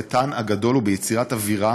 חטאן הגדול הוא ביצירת אווירה